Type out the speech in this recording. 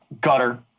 gutter